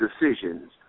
decisions